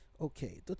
okay